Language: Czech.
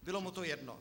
Bylo mu to jedno.